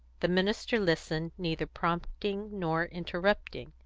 the minister listened, neither prompting nor interrupting.